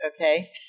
Okay